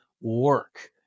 work